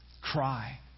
cry